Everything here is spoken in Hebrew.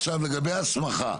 עכשיו לגבי הסמכה.